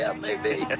um maybe.